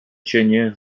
cienie